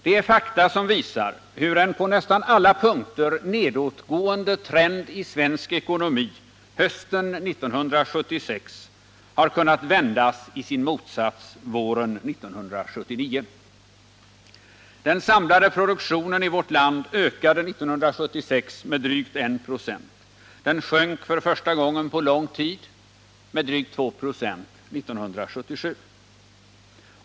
Det är fakta som visar hur en på nästan alla punkter nedåtgående trend i svensk ekonomi hösten 1976 har kunnat vändas i sin motsats våren 1979. Den samlade produktionen i vårt land ökade 1976 med drygt 1 96 — den sjönk för första gången på lång tid med drygt 2 96 år 1977.